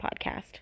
podcast